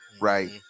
Right